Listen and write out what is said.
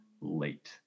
late